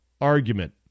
argument